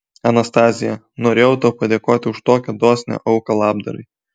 anastazija norėjau tau padėkoti už tokią dosnią auką labdarai